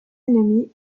ennemis